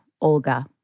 Olga